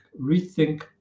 rethink